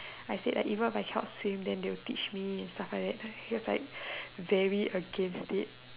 I said even if I cannot swim then they will teach me and stuff like that he was like very against it